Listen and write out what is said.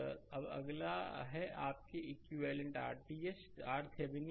slide समय देखें 3205 अब अगला है आपके इक्विवेलेंट RThevenin